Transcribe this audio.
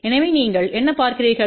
எனவே நீங்கள் என்ன பார்க்கிறீர்கள்